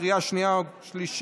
לקריאה שנייה ושלישית.